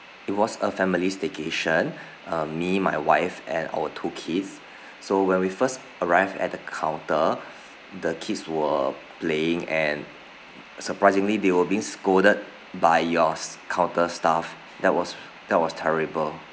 it was a family staycation uh me my wife and our two kids so when we first arrived at the counter the kids were playing and surprisingly they were being scolded by your s~ counter staff that was that was terrible